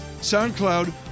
SoundCloud